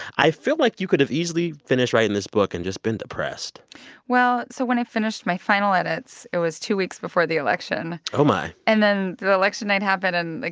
i feel like you could have easily finished writing this book and just been depressed well, so when i finished my final edits, it was two weeks before the election oh, my and then the election night happened, and, like,